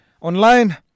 Online